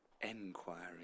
Enquiry